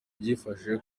byifashe